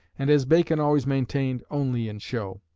and, as bacon always maintained, only in show.